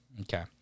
Okay